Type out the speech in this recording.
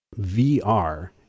VR